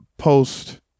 post